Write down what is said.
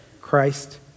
Christ